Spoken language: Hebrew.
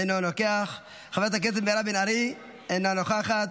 אינו נוכח, חברת הכנסת מירב בן ארי, אינה נוכחת,